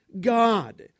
God